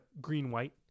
green-white